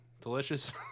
Delicious